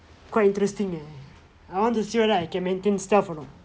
quite interesting leh I want to see whether I can maintain stealth anot